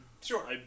Sure